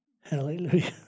Hallelujah